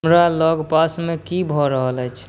हमरा लगपासमे की भऽ रहल अछि